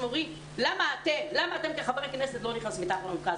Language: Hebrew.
ושואלים למה כחברי הכנסת לא נכנסים מתחת לאלונקה,